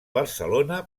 barcelona